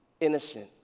innocent